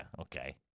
okay